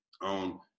on